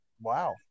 wow